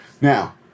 Now